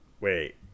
Wait